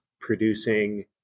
producing